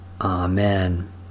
Amen